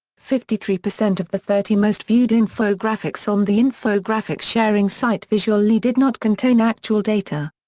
fifty-three percent of the thirty most-viewed infographics on the infographic sharing site visual ly did not contain actual data.